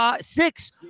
six